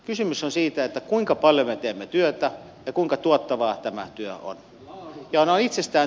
kysymys on siitä kuinka paljon me teemme työtä ja kuinka tuottavaa tämä työ on